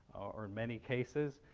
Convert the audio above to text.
or in many cases.